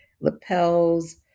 lapels